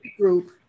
group